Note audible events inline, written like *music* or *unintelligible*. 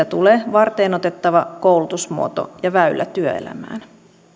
*unintelligible* tulee varteenotettava koulutusmuoto ja väylä työelämään